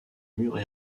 murs